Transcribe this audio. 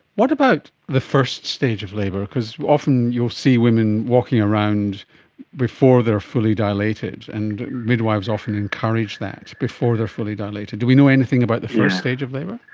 what about the first stage of labour? because often you'll see women walking around before they are fully dilated, and midwives often encourage that before they are fully dilated. do we know anything about the first stage of labour?